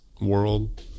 world